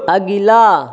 अगिला